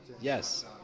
Yes